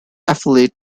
affiliate